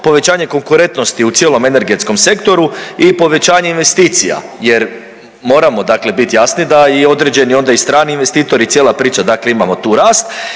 Povećanje konkurentnosti u cijelom energetskom sektoru i povećanje investicija, jer moramo dakle biti jasni da i određeni onda i strani investitori i cijela priča, dakle imamo tu rast